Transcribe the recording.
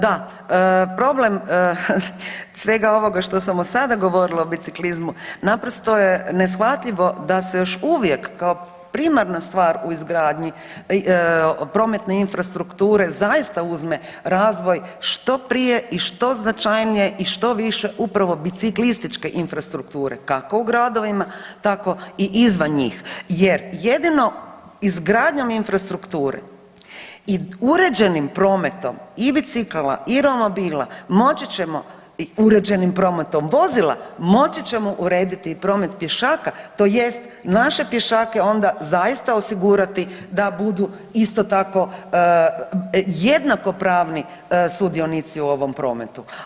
Da, problem svega ovoga što sam do sada govorila o biciklizmu naprosto je neshvatljivo da se još uvijek kao primarna stvar u izgradnji prometne infrastrukture zaista uzme razvoj što prije i što značajnije i što više upravo biciklističke infrastrukture kako u gradovima tako i izvan njih jer jedino izgradnjom infrastrukture i uređenim prometom i bicikala i romobila moći ćemo i uređenim prometom vozila moći ćemo urediti i promet pješaka tj. naše pješake onda zaista osigurati da budu isto tako jednakopravni sudionici u ovom prometu.